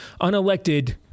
unelected